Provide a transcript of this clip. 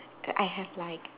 err I have like